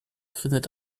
findet